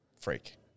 freak